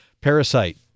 Parasite